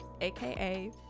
aka